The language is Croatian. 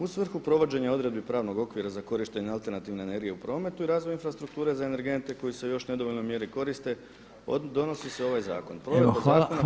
U svrhu provođenja odredbi pravnog okvira za korištenje alternativne energije u prometu i razvoj infrastrukture za energente koji se još u nedovoljnoj mjeri korite donosi se ovaj zakon.